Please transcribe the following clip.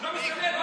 מה זה משנה?